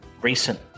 recent